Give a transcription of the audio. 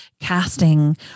casting